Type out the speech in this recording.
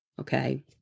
okay